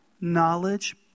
Knowledge